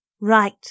Right